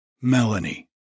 Melanie